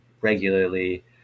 regularly